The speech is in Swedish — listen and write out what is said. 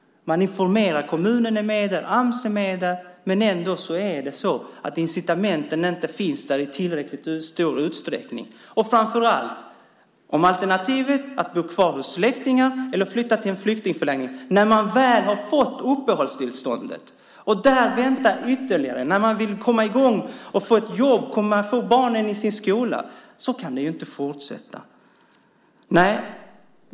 Där informerar man, och kommunen och Ams är med. Men incitamentet finns ändå inte där i tillräckligt stor utsträckning. Och framför allt: Om alternativet är att bo kvar hos släktingar eller att flytta till en flyktingförläggning när man väl har fått uppehållstillståndet, och där vänta ytterligare, när man i stället vill komma i gång, få ett jobb och få in barnen i sin skola - så kan det ju inte fortsätta.